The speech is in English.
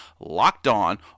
LOCKEDON